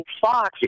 Fox